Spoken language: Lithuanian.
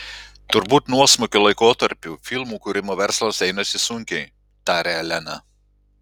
turbūt nuosmukio laikotarpiu filmų kūrimo verslas einasi sunkiai taria elena